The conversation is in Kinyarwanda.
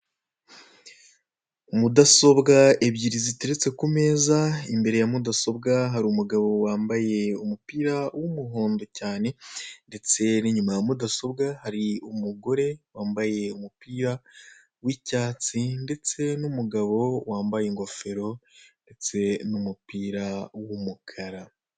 Mudasobwa ebyiri ziteretse ku meza, imbere ya mudasobwa hari umugabo wambaye umupira w'umuhondo cyane, ndetse n'inyuma ya mudasobwa hari umugore wambaye umupira w'icyatsi ,ndetse n'umugabo wambaye ingofero, ndetse n'umupira w'umukara.